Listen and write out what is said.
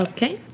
Okay